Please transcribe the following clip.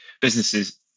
businesses